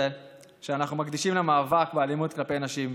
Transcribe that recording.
שאנחנו מקדישים למאבק באלימות כלפי נשים,